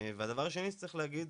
הדבר השני שצריך להגיד,